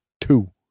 two